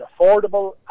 affordable